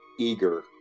eager